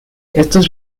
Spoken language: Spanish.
estos